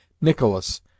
Nicholas